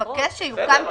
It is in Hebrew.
אדוני היושב-ראש,